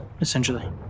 essentially